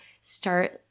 start